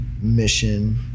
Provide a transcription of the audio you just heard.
mission